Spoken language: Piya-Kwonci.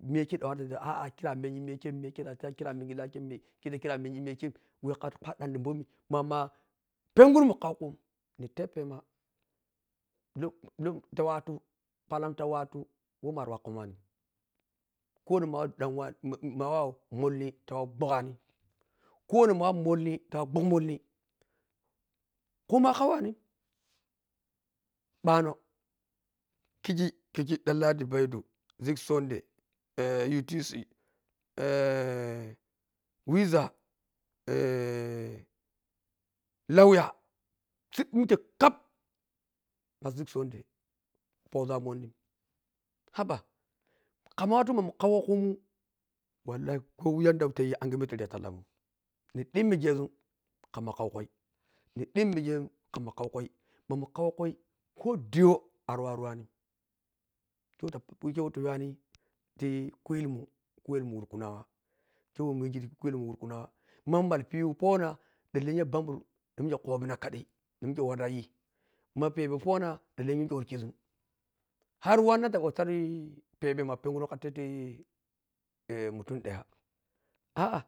Miya khei ta watu ɗa ah, kire a mengi miya kheimn miya khein dan tep a ah kire a me ngi la kheim kera amengi miya khem whe ka wato kwaɗɗanni bammi mama penguru mu kkukunum ni teppema tokachi ta waltu palan ta watu who mari wawu komanin konon ma wa dan’uwani ma wau malli tawa kuuggani ko non nda wa molli tawa khug molli kuman akwanin ɓano kihi kihi danladi baido, zik sundayi utc, wiza lawyer su mike kap ma zik sunday pozun amonni haba kamma watu kammun kaukumun wallahi ko yadda who tayi anye miya whe tari ya tallamun ni ɗi mmigezun kamma kau kui ni dimmigezun kamma kaukai ɓamma kaukui ko diyo ariwawu ruwanin whike whe tayuwani ti khuyelnumun khuyelimun wurkunawa ke whe mun tigi tikhuyelmun wurkunawa ma malpi’u pona dan lenya ɓambur mike kobina kadai ɗan mike ɗan mike warayi ma pebe pona ɗan lenya mike war kizun har wanna ta ɗa tadu pebe ma penguru kati eh mutum daya ah-ah